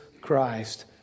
Christ